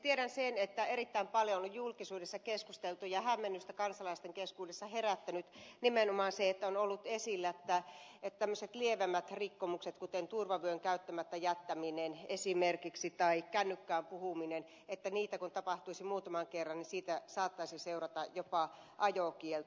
tiedän sen että erittäin paljon on julkisuudessa keskusteltu ja hämmennystä kansalaisten keskuudessa herättänyt nimenomaan se että on ollut esillä että tämmöisistä lievemmistä rikkomuksista kuten turvavyön käyttämättä jättämisestä esimerkiksi tai kännykkään puhumisesta ajon aikana kun niitä tapahtuisi muutaman kerran saattaisi seurata jopa ajokielto